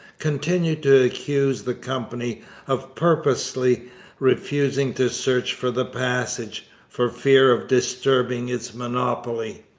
continued to accuse the company of purposely refusing to search for the passage, for fear of disturbing its monopoly.